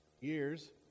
years